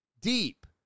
deep